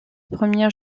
première